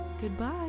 goodbye